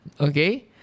okay